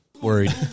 worried